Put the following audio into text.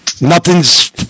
Nothing's